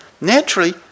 naturally